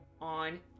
on